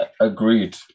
Agreed